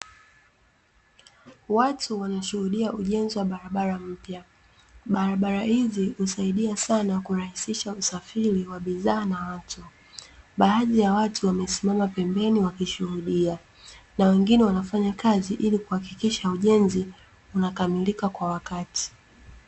Watu wanashuhudia ujenzi wa barabara mpya. Barabara hizi husaidia sana kurahisisha usafiri wa bidhaa na watu. Baadhi ya watu wamesimama pembeni wakishuhudia, na wengine wanafanya kazi ili kuhakikisha ujenzi unakamilika kwa wakati.